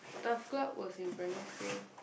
TAF club was in primary school